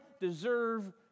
deserve